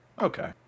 Okay